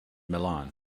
milan